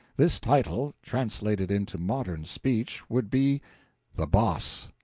this title, translated into modern speech, would be the boss.